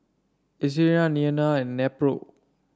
Eucerin Tena and Nepro